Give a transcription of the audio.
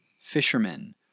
fishermen